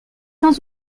dans